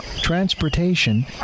transportation